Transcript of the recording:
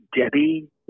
Debbie